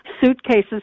suitcases